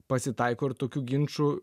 pasitaiko ir tokių ginčų